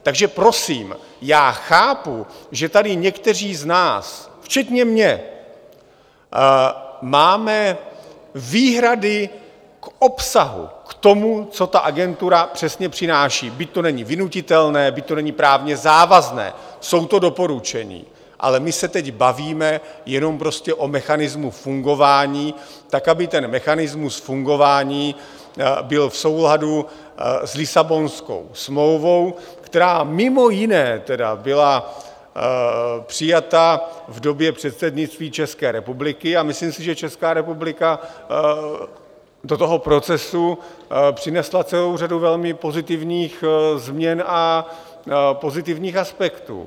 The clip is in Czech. Takže prosím, chápu, že tady někteří z nás, včetně mě, máme výhrady k obsahu, k tomu, co ta Agentura přesně přináší, byť to není vynutitelné, byť to není právně závazné, jsou to doporučení, ale my se teď bavíme jenom prostě o mechanismu fungování, aby ten mechanismus fungování byl v souladu s Lisabonskou smlouvou, která mimo jiné byla přijata v době předsednictví České republiky, a myslím si, že Česká republika do toho procesu přinesla celou řadu velmi pozitivních změn a pozitivních aspektů.